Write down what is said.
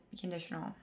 conditional